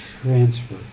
transfer